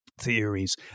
theories